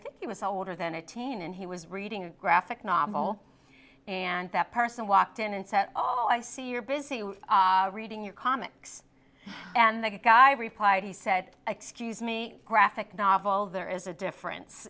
think he was older than eighteen and he was reading a graphic novel and that person walked in and said oh i see you're busy with reading your comics and the guy replied he said excuse me graphic novel there is a difference